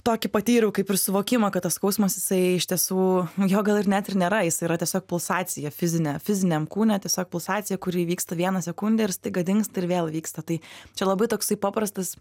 tokį patyriau kaip ir suvokimą kad tas skausmas jisai iš tiesų nu jo gal ir net ir nėra jis yra tiesiog pulsacija fizinė fiziniam kūne tiesiog pulsacija kuri įvyksta vieną sekundę ir staiga dingsta ir vėl vyksta tai čia labai toksai paprastas